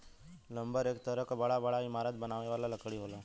lumber एक तरह क बड़ा बड़ा इमारत बनावे वाला लकड़ी होला